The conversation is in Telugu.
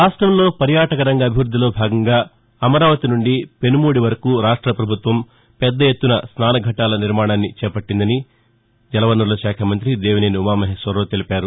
రాష్టంలో పర్యాటకరంగాభివృద్దిలో భాగంగా అమరావతి నుండి పెనుమూడి వరకు రాష్ట పభుత్వం పెద్ద ఎత్తున స్నాన ఘట్టాల నిర్మాణాన్ని చేపట్టిందని రాష్ట్ర జలవనరుల వాఖ మంత్రి దేవినేని ఉమామహేశ్వరరావు తెలిపారు